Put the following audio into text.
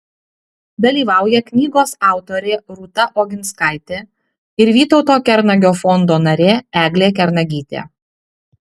dalyvauja knygos autorė rūta oginskaitė ir vytauto kernagio fondo narė eglė kernagytė